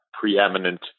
preeminent